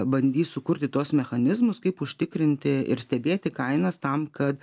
bandys sukurti tuos mechanizmus kaip užtikrinti ir stebėti kainas tam kad